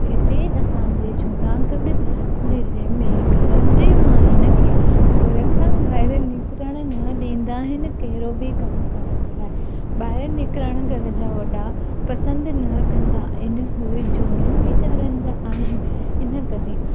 हिते असांजे जूनागढ़ ज़िले में घरनि जी माइयुनि खे घर खां ॿाहिरि निकिरण न ॾींदा आहिनि कहिड़ो बि कमु करण लाइ ॿाहिरि निकिरण घर जा वॾा पसंदि न कंदा आहिनि उहे झूननि वीचारनि जा आहिनि इनकरे